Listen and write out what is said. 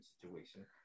situation